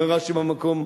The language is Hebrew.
אומר רש"י במקום,